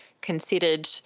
considered